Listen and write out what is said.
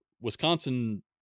Wisconsin